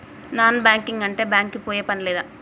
Non banking అంటే bank కి పోయే పని లేదా?